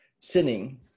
sinning